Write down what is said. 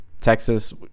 Texas